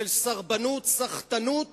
של סרבנות, סחטנות